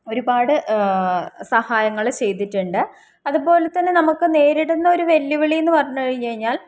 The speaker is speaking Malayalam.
ഒരുപാട് സഹായങ്ങള് ചെയ്തിട്ടുണ്ട് അതുപോലെ തന്നെ നമ്മള് നേരിടുന്ന ഒരു വെല്ലുവിളിയെന്ന് പറഞ്ഞുകഴിഞ്ഞാൽ